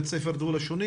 בית ספר דו-לשוני.